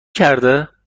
کرده